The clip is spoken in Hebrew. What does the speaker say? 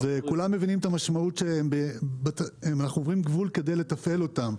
כולם מבינים את המשמעות שאנחנו עוברים גבול כדי לתפעל אותם,